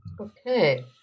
Okay